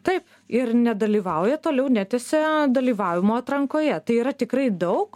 taip ir nedalyvauja toliau netęsia dalyvavimo atrankoje tai yra tikrai daug